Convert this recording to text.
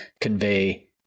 convey